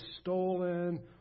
stolen